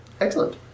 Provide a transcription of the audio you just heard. Excellent